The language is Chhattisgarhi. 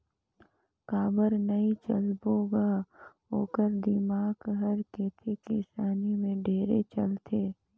काबर नई चलबो ग ओखर दिमाक हर खेती किसानी में ढेरे चलथे